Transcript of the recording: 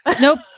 Nope